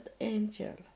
angel